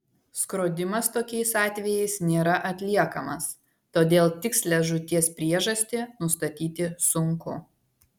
skrodimas tokiais atvejais nėra atliekamas todėl tikslią žūties priežastį nustatyti sunku